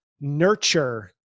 nurture